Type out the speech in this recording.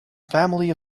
family